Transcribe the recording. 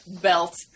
belt